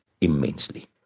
immensely